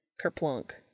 Kerplunk